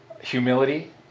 humility